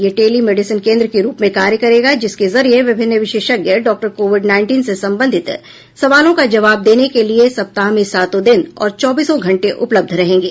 यह टेलिमेडिसन केंद्र के रूप में कार्य करेगा जिसके जरिए विभिन्न विशेषज्ञ डाक्टर कोविड नाईनटीन से संबंधित सवालों का जवाब देने के लिए सप्ताह मेंसातों दिन और चौबीसों घंटे उपलब्ध रहेंगे